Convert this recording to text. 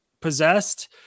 possessed